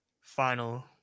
final